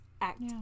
act